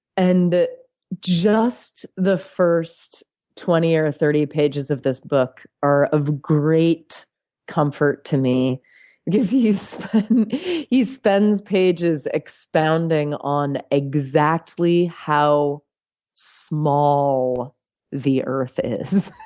and just the first twenty or thirty pages of this book are of great comfort to me because he spends pages expounding on exactly how small the earth is